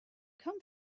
come